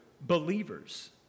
believers